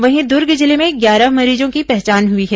वहीं दुर्ग जिले में ग्यारह मरीजों की पहचान हुई है